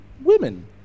women